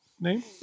name